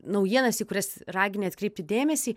naujienas į kurias ragini atkreipti dėmesį